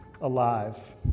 alive